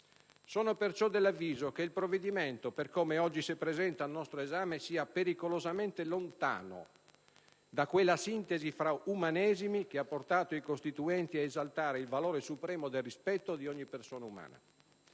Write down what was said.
Sono perciò dell'avviso che il provvedimento, per come oggi si presenta al nostro esame, sia pericolosamente lontano da quella sintesi tra umanesimi che ha portato i costituenti ad esaltare il valore supremo del rispetto di ogni persona umana.